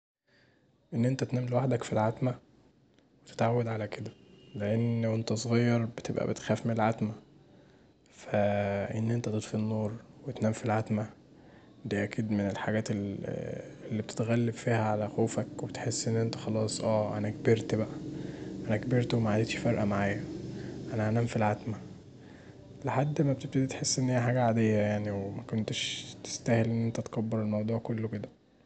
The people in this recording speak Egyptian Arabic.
ان انت تنام لوحدك في العتمه وتتعود علي كدا، لأن وانت صغير بتبقي بتخاف من العتمه فإن انت تطفي النور وتنام في العتمه دي اكيد من الحاجات اللي بتتغلب فيها علي خوفك وبتحس ان انت خلاص اه انا كبرت بقي، انا كبرت ومعادتش فارقه معايا، انا هنام في العتمه ك، لحد ما بتبتدي تحس انها حاجه عاديه يعني ومكانتش تستاهل ان انت تكبر الموضوع كله كدا.